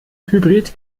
hybrid